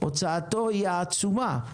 הוצאתו עצומה,